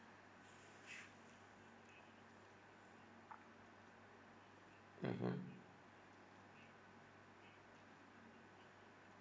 mmhmm